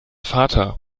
vater